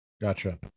Gotcha